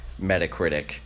Metacritic